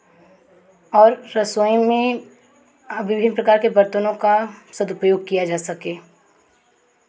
और रसोई में विभिन्न प्रकार के बर्तनों का सदुपयोग किया जा सके